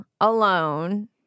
alone